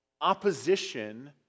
opposition